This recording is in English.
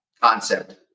concept